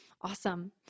Awesome